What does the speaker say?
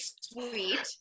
sweet